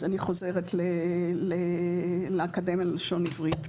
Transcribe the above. אז אני חוזרת לאקדמיה ללשון עברית.